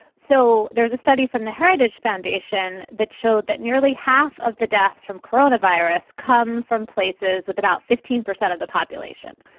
so there's a study from the heritage foundation that showed that nearly half of the deaths from coronavirus come from places with about fifteen percent of the population.